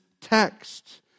text